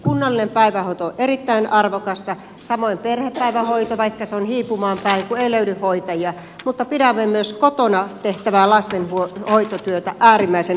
kunnallinen päivähoito on erittäin arvokasta samoin perhepäivähoito vaikka se on hiipumaan päin kun ei löydy hoitajia mutta pidämme myös kotona tehtävää lastenhoitotyötä äärimmäisen arvokkaana